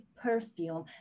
perfume